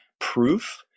proof